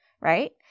right